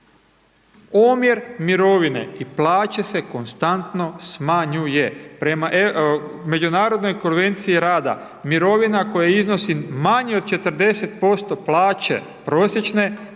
Omjer mirovine i plaće se konstantno smanjuje. Prema međunarodnoj Konvenciji rada, mirovina koja iznosi manje od 40% plaće prosječne,